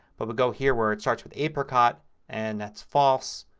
but we'll go here where it starts with apricot and that's false.